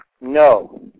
no